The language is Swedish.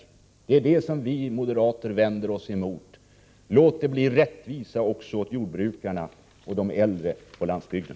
Det är detta vi moderater vänder oss emot. Låt det bli rättvisa för jordbrukarna och de äldre också på landsbygden!